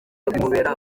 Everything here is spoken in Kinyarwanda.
bimubera